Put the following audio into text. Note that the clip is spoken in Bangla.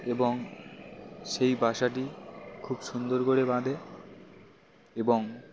এবং সেই বাসাটি খুব সুন্দর করে বাঁধে এবং